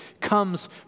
comes